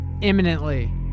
imminently